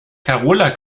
karola